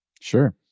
Sure